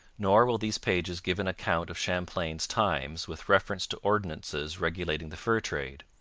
nor will these pages give an account of champlain's times with reference to ordinances regulating the fur trade,